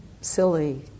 silly